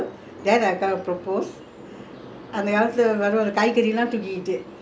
west coast leh இருந்து அவங்க மாமா வந்து நிறைய காய்கறியெல்லா கட்டி கொடுப்பாங்க:irunthu avangga mama vanthu niraiya kaikariyellaa katti kodupangga